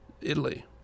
Italy